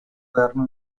governo